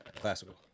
Classical